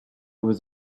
was